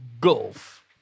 gulf